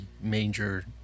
major